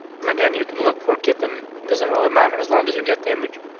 and again you can look for kitten. doesn't really matter as long as you get the image.